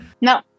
No